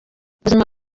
ubuzima